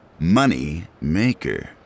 Moneymaker